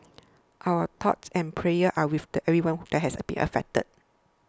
our thoughts and prayers are with everyone that has been affected